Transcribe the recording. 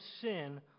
sin